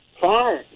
fine